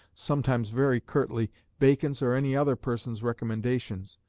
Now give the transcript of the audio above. sometimes very curtly, bacon's or any other person's recommendations,